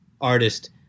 artist